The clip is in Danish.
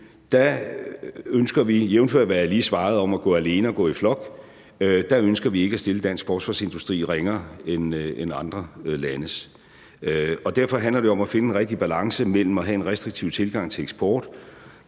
jævnfør hvad jeg lige har svaret om at gå alene og at gå i flok, ikke at stille dansk forsvarsindustri ringere end andre landes. Derfor handler det om at finde en rigtig balance mellem at have en restriktiv tilgang til eksport